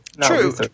True